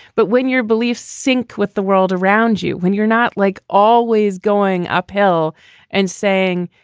but when your beliefs sink with the world around you, when you're not like always going uphill and saying,